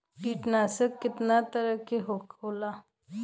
कीटनाशक केतना तरह के होला?